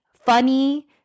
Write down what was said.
funny